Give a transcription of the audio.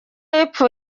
y’epfo